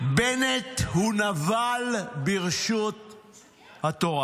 בנט הוא נבל ברשות התורה.